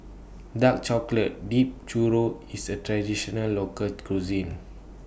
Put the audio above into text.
Dark Chocolate Dipped Churro IS A Traditional Local Cuisine